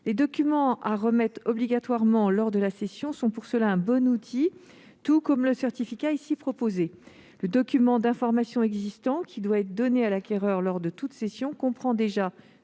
Les documents à remettre obligatoirement lors de la cession sont pour cela un bon outil, tout comme le certificat proposé ici. Le document d'information existant, qui doit être donné à l'acquéreur lors de toute cession, comprend déjà